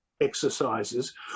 exercises